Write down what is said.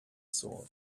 sword